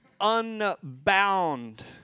unbound